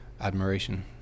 admiration